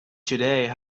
today